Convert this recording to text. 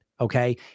Okay